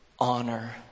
honor